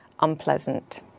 unpleasant